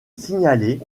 signalé